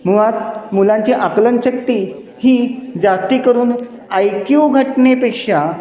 मुळात मुलांची आकलनशक्ती ही जास्त करून ऐकीव घटनेपेक्षा